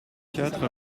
quatre